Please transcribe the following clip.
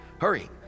hurry